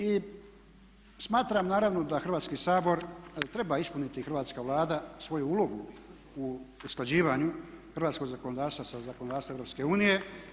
I smatram naravno da Hrvatski sabor treba ispuniti hrvatska Vlada svoju ulogu u usklađivanju hrvatskog zakonodavstva sa zakonodavstvom Europske unije.